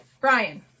brian